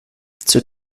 zur